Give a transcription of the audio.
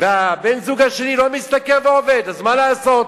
ובן-הזוג השני לא משתכר ועובד, אז מה לעשות?